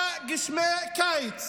היה גשמי קיץ,